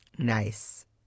Nice